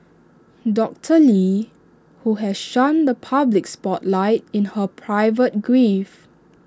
doctor lee who has shunned the public spotlight in her private grief